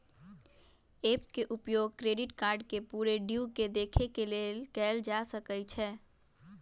app के उपयोग credit card के पूरे ड्यू के देखे के लेल कएल जा सकइ छै